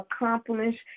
accomplished